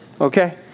Okay